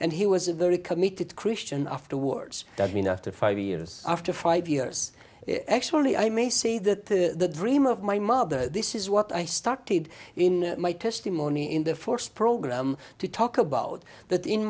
and he was a very committed christian afterwards i mean after five years after five years actually i may say that the dream of my mother this is what i started in my testimony in the force program to talk about that in